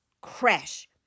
crash